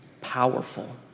powerful